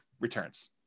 returns